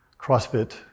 CrossFit